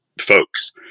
folks